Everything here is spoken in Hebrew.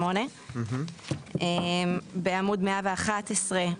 בעמוד 111,